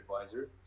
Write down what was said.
advisor